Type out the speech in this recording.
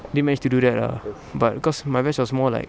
didn't manage to do that lah but because my batch was more like